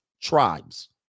tribes